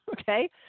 okay